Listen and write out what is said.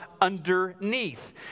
underneath